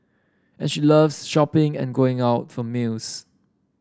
and she loves shopping and going out for meals